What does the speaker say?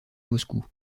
moscou